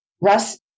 Russ